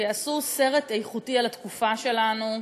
כשיעשו סרט איכותי על התקופה שלנו,